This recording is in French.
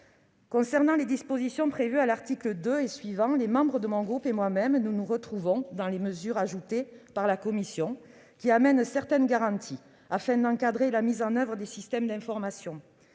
concerne les dispositions prévues aux articles 2 et suivants, les membres de mon groupe et moi-même nous retrouvons dans les mesures ajoutées par la commission, qui apportent certaines garanties en matière d'encadrement de la mise en oeuvre des systèmes d'information.